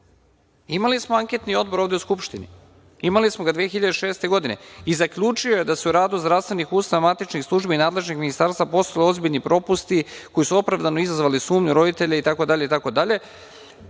smo Anketni odbor ovde u Skupštini. Imali smo ga 2006. godine i zaključio je da u radu zdravstvenih ustanova, matičnih službi, nadležnih ministarstva postoje ozbiljni propusti koji su opravdano izazvali sumnju roditelja itd.